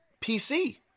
PC